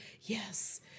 yes